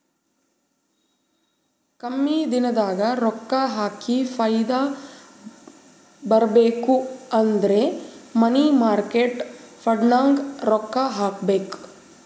ಕಮ್ಮಿ ದಿನದಾಗ ರೊಕ್ಕಾ ಹಾಕಿ ಫೈದಾ ಬರ್ಬೇಕು ಅಂದುರ್ ಮನಿ ಮಾರ್ಕೇಟ್ ಫಂಡ್ನಾಗ್ ರೊಕ್ಕಾ ಹಾಕಬೇಕ್